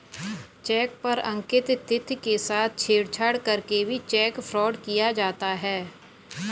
check पर अंकित तिथि के साथ छेड़छाड़ करके भी चेक फ्रॉड किया जाता है